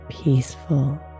peaceful